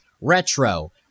Retro